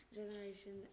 generation